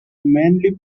mainly